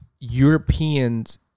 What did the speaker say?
Europeans